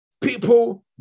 People